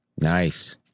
nice